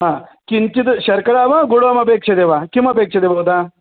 हा किञ्चित् शर्करा वा गुडमपेक्ष्यते वा किमपेक्ष्यते भवता